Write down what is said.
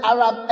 Arab